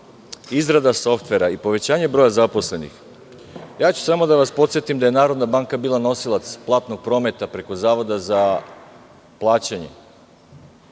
izrada softvera i povećavanje broja zaposlenih, samo ću da vas podsetim da je Narodna banka bila nosilac platnog prometa preko Zavoda za plaćanje,